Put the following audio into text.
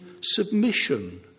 submission